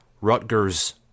Rutgers